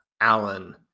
Allen